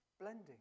blending